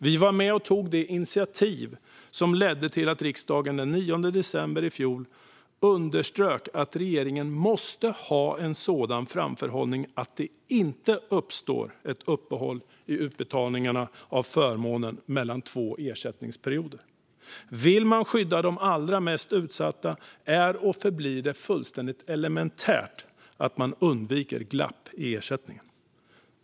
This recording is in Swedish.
Vi var med och tog det initiativ som ledde till att riksdagen den 9 december i fjol underströk att regeringen måste ha en sådan framförhållning att det inte uppstår ett uppehåll i utbetalningen av förmånen mellan två ersättningsperioder. Vill man skydda de allra mest utsatta är och förblir det fullständigt elementärt att man undviker glapp i ersättningen.